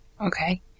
Okay